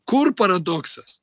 kur paradoksas